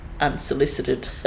unsolicited